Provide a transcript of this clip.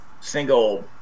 single